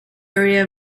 area